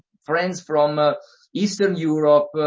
friends from ah eastern europe,